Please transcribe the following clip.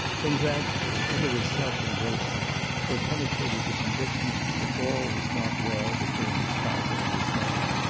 then, gradually, into his self-engrossment there penetrated a conviction that all was not well between his father and his mother.